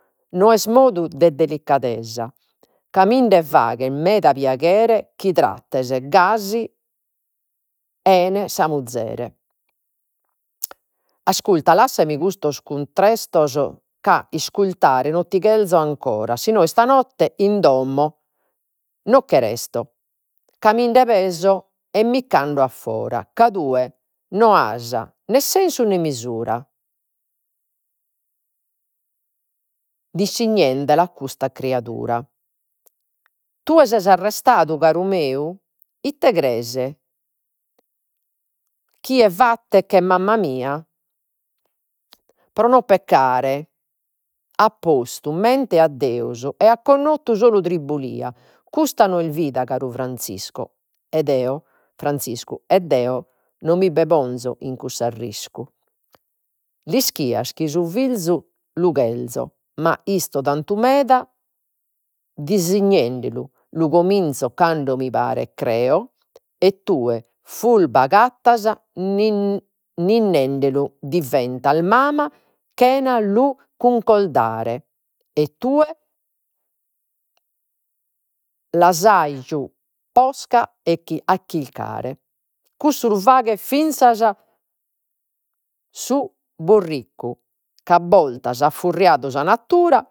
No est modu de delicadesa ca minde faghet meda piaghere chi trattes gasi sa muzere. Asculta, lassami custos cuntrestos, ca iscultare no ti cherzo ancora, si no istanotte in domo no che resto ca minde peso e micche ando a fora, ca tue no as nè sensu nè mesura, dissignendela cussa criadura. Tue ses arrestadu, caru meu, ite crees chi che mamma mia. Pro no peccare at postu mente a Deus e at connottu solu tribulia, custa no est vida, caru Franziscu Franziscu ed 'eo no mi ponzo in cussu arriscu. L'ischias chi si su fizu lu cherzo ma isto tantu meda dissignendelu, lu cominzo cando mi paret creo, e tue furba agattas ninnendelu diventas mama chena lu cuncordare, e tue lu posca a chircare. Cussu lu faghet finzas su burriccu ca a bortas at furriadu sa natura